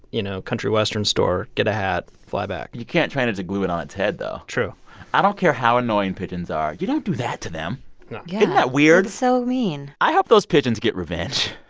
you know, country western store, get a hat, fly back you can't train it to glue it on its head, though true i don't care how annoying pigeons are, you don't do that to them no yeah isn't that weird? that's so mean i hope those pigeons get revenge.